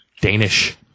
Danish